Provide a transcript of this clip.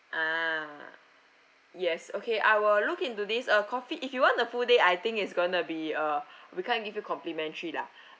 ah yes okay I will look into this uh coffee if you want a full day I think is going to be uh we can't give you complimentary lah